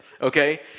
Okay